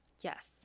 Yes